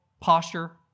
posture